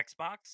xbox